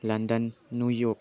London New York